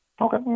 Okay